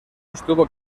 estuvo